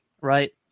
right